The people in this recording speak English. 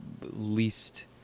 least